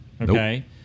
okay